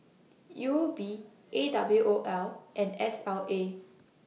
Uob A W O L and S L A